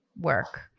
work